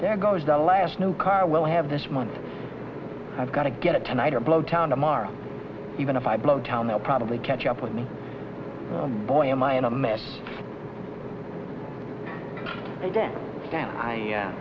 there goes the last new car we'll have this month i've got to get tonight or blow town tomorrow even if i blow town they'll probably catch up with me boy am i in a mess today than i